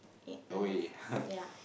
ya mmhmm ya